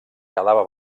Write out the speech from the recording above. quedava